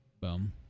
Boom